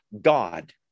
God